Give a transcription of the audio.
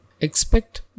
Expect